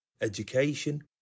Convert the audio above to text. education